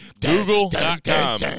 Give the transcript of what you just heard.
Google.com